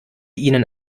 ihnen